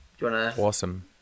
Awesome